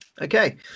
okay